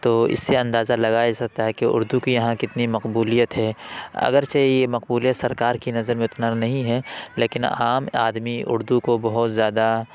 تو اس سے اندازہ لگایا جا سکتا ہے کہ اردو کی یہاں کتنی مقبولیت ہے اگرچہ یہ مقبولیت سرکار کی نظر میں اتنا نہیں ہے لیکن عام آدمی اردو کو بہت زیادہ